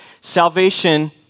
Salvation